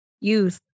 youth